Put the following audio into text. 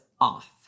off